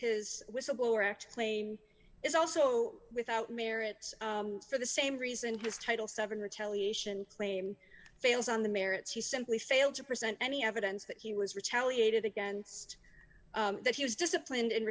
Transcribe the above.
his whistleblower act claim is also without merit for the same reason his title seven retaliation claim fails on the merits he simply failed to present any evidence that he was retaliated against that he was disciplined in